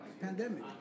pandemic